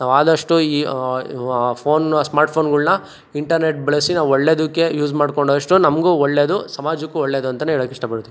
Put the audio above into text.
ನಾವು ಆದಷ್ಟು ಈ ಫೋನ್ನ ಸ್ಮಾರ್ಟ್ಫೋನ್ಗಳ್ನ ಇಂಟರ್ನೆಟ್ ಬಳಸಿ ನಾವು ಒಳ್ಳೇದಕ್ಕೆ ಯೂಸ್ ಮಾಡ್ಕೊಂಡಷ್ಟು ನಮಗೂ ಒಳ್ಳೇದು ಸಮಾಜಕ್ಕೂ ಒಳ್ಳೇದು ಅಂತಲೇ ಏಳೋಕ್ಕೆ ಇಷ್ಟಪಡ್ತೀನಿ